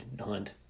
hunt